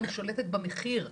גם שולטת במחיר ולכן,